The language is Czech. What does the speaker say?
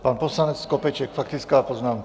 Pan poslanec Skopeček, faktická poznámka.